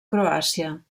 croàcia